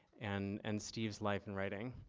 and and steve's life and writing.